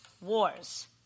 wars